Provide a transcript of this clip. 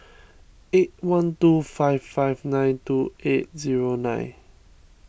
eight one two five five nine two eight zero nine